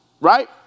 right